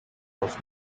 was